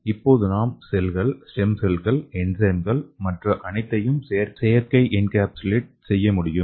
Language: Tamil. இப்போது நாம் செல்கள் ஸ்டெம் செல்கள் என்சைம்கள் மற்ற அனைத்தையும் செயற்கை என்கேப்சுலேட் செய்ய முடியும்